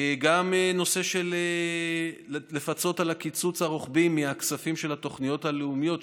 גם הנושא של פיצוי על הקיצוץ הרוחבי מהכספים של התוכניות הלאומיות,